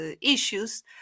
issues